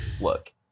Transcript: look